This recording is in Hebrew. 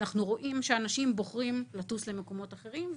אנחנו רואים שאנשים בוחרים לטוס למקומות אחרים.